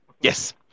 yes